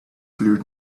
clear